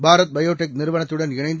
பாரத பயோடெக் நிறுவனத்துடன் இணைந்து